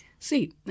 See